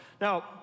Now